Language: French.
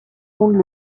fondent